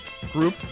group